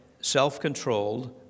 self-controlled